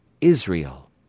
Israel